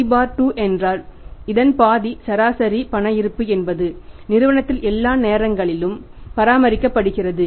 C 2 என்றால் இதன்பாதி சராசரி பண இருப்பு என்பது நிறுவனத்தில் எல்லா நேரங்களிலும் பராமரிக்கப்படுகிறது